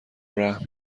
رحم